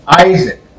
Isaac